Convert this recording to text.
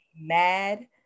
mad